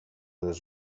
dos